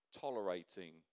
Tolerating